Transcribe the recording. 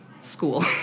school